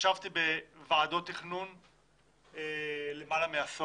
ישבתי בוועדות תכנון עשור,